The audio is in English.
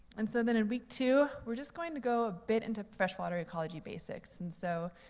and so then in week two, we're just going to go a bit into freshwater ecology basics. and so,